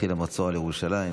התחיל המצור על ירושלים